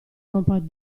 compact